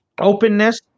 openness